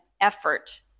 effort